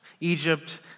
Egypt